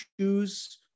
choose